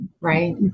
Right